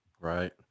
Right